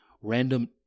random